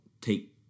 take